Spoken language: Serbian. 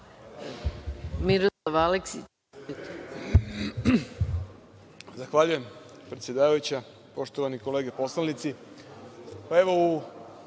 Miroslav Aleksić.